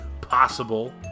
possible